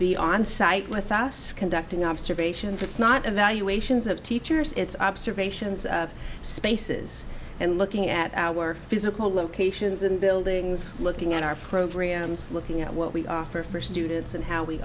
be onsite with us conducting observations it's not evaluations of teachers it's observations of spaces and looking at our physical locations in buildings looking at our programs looking at what we are for for students and how we